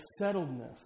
settledness